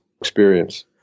experience